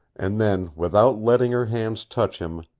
and then, without letting her hands touch him,